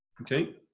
Okay